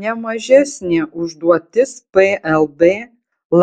ne mažesnė užduotis plb